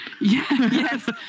Yes